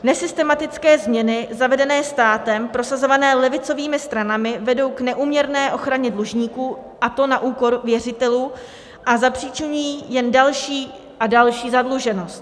Nesystematické změny zavedené státem prosazované levicovými stranami vedou k neúměrné ochraně dlužníků, a to na úkor věřitelů, a zapříčiňují jen další a další zadluženost.